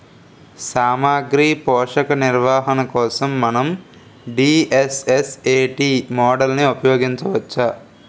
సామాగ్రి పోషక నిర్వహణ కోసం మనం డి.ఎస్.ఎస్.ఎ.టీ మోడల్ని ఉపయోగించవచ్చా?